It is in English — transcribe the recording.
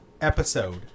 episode